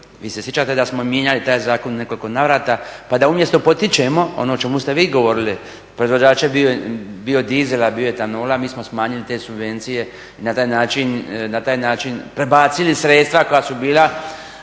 Vi se sjećate da smo mijenjali taj zakon u nekoliko navrata pa da umjesto potičemo, ono o čemu ste vi govorili, proizvođače biodizela, bioetanola, mi smo smanjili te subvencije i na taj način prebacili sredstva koja su bila